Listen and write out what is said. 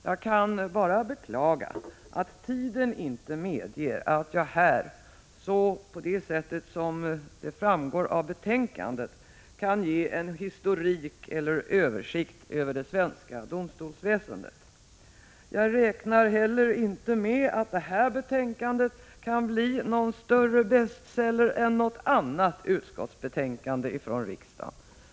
Jag kan bara beklaga att tiden inte medger att jag här, på det sätt som det framgår av betänkandet, kan ge en historik och översikt över det svenska domstolsväsendet. Jag räknar heller inte med att det här betänkandet kan bli någon större bestseller än något annat utskottsbetänkande från riksdagen.